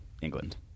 England